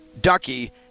Ducky